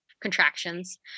contractions